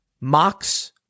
mocks